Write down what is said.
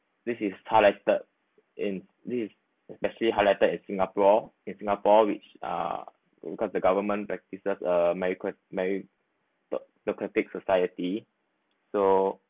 this is highlighted in these especially highlighted in singapore in singapore which uh because the government practices uh meritocracy merit~ meritocratic society so